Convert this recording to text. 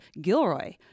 Gilroy